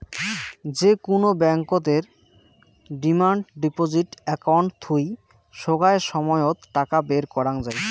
যে কুনো ব্যাংকতের ডিমান্ড ডিপজিট একাউন্ট থুই সোগায় সময়ত টাকা বের করাঙ যাই